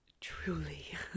truly